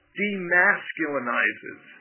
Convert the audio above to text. demasculinizes